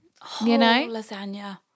Lasagna